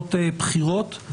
מערכות בחירות.